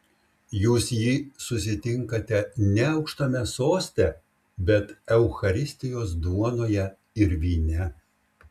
jūs jį susitinkate ne aukštame soste bet eucharistijos duonoje ir vyne